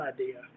idea